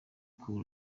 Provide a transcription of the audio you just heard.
cool